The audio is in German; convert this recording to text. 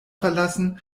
verlassen